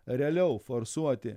realiau forsuoti